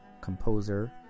composer